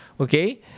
Okay